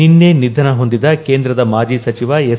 ನಿನ್ನೆ ನಿಧನಹೊಂದಿದ ಕೇಂದ್ರದ ಮಾಜಿ ಸಚಿವ ಎಸ್